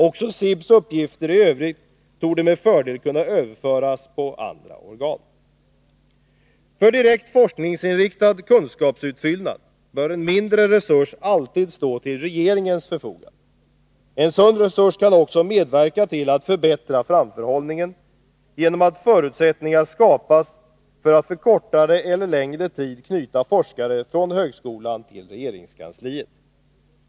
Också SIB:s uppgifter i övrigt torde med fördel kunna överföras på andra organ. För direkt forskningsinriktad kunskapsutfyllnad bör en mindre resurs alltid stå till regeringens förfogande. En sådan resurs kan också medverka till att förbättra framförhållningen genom att förutsättningar skapas för att för kortare eller längre tid knyta forskare från högskolan till regeringskansliet.